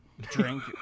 drink